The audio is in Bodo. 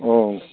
औ